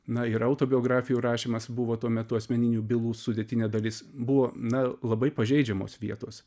na ir autobiografijų rašymas buvo tuo metu asmeninių bylų sudėtinė dalis buvo na labai pažeidžiamos vietos